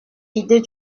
idée